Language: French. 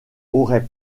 aurait